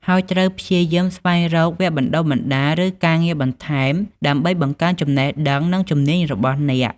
ហើយត្រូវព្យាយាមស្វែងរកវគ្គបណ្តុះបណ្តាល ឬការងារបន្ថែមដើម្បីបង្កើនចំណេះដឹង និងជំនាញរបស់អ្នក។